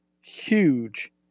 huge